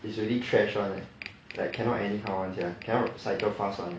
it's really trash [one] leh like cannot anyhow [one] sia cannot cycle fast [one]